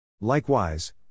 Likewise